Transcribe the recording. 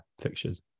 fixtures